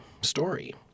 story